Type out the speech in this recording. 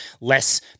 less